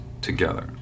together